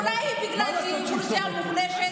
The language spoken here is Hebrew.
אולי בגלל שהיא אוכלוסייה מוחלשת?